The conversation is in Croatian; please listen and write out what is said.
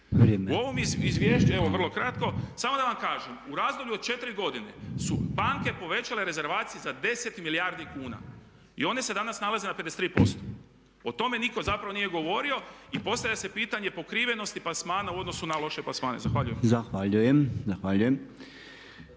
U ovom izvješću, evo vrlo kratko, samo da vam kažem u razdoblju od 4 godine su banke povećale rezervacije za 10 milijardi kuna i one se danas nalaze na 53%. O tome nitko zapravo nije govorio. Postavlja se pitanje pokrivenosti plasmana u odnosu na loše plasmane. Zahvaljujem.